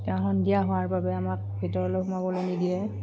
হোৱাৰ বাবে আমাক ভিতৰলৈ সোমাবলৈ নিদিয়ে